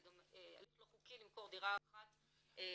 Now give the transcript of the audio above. זה גם הליך לא חוקי למכור דירה אחת בחלקים,